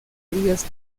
crías